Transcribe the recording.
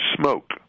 Smoke